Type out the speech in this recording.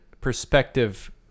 perspective